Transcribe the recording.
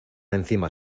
encima